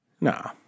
Nah